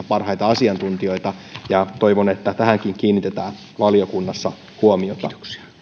parhaita asiantuntijoita toivon että tähänkin kiinnitetään valiokunnassa huomiota